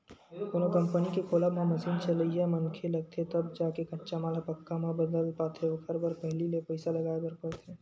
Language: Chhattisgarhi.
कोनो कंपनी के खोलब म मसीन चलइया मनखे लगथे तब जाके कच्चा माल ह पक्का म बदल पाथे ओखर बर पहिली ले पइसा लगाय बर परथे